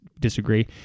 disagree